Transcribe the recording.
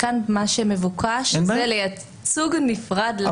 כאן מה שמבוקש זה ייצוג נפרד לקטין.